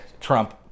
Trump